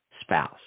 spouse